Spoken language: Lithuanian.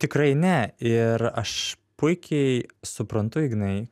tikrai ne ir aš puikiai suprantu ignai